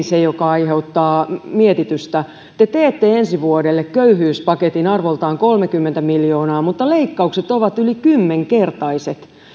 se joka aiheuttaa mietitystä te te teette ensi vuodelle köyhyyspaketin arvoltaan kolmekymmentä miljoonaa mutta leikkaukset ovat yli kymmenkertaiset